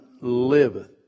liveth